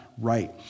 right